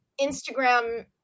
instagram